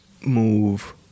move